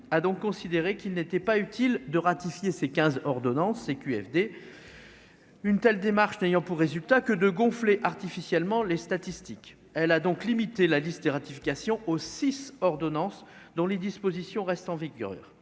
a donc considéré qu'il n'était pas utile de ratifier ces 15 ordonnance CQFD. Une telle démarche n'ayant pour résultat que de gonfler artificiellement les statistiques, elle a donc limiter la liste des ratifications au 6 ordonnance dont les dispositions reste en vigueur